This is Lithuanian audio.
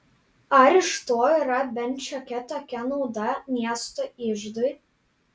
ar iš to yra bent šiokia tokia nauda miesto iždui